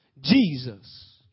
Jesus